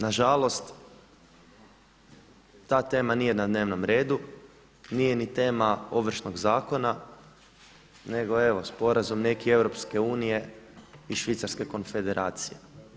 Nažalost ta tema nije na dnevnom redu, nije ni tema Ovršnog zakona nego evo sporazum neki EU i Švicarske Konfederacije.